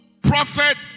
prophet